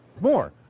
more